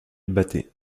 battait